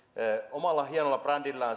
omalla hienolla brändillään